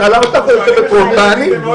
שאלה אותך היושבת-ראש, תעני.